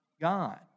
God